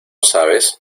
sabes